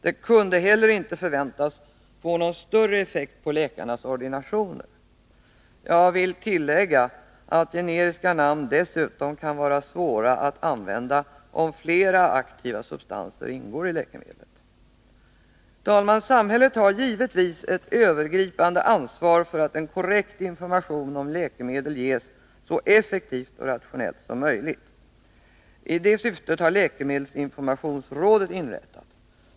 De kunde heller inte förväntas få någon större effekt på läkarnas ordinationer. Jag vill tillägga att generiska namn dessutom kan vara svåra att använda om flera aktiva substanser ingår i läkemedlet. Herr talman! Samhället har givetvis ett övergripande ansvar för att en korrekt information om läkemedel ges så effektivt och rationellt som möjligt. I detta syfte har läkemedelsinformationsrådet inrättats.